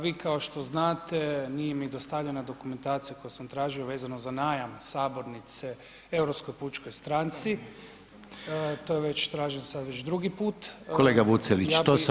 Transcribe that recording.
Vi kao što znate nije mi dostavljena dokumentacija koju sam tražio vezano za najam sabornice Europskoj pučkoj stranci, to već tražim sad već drugi put, ja bih